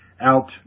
out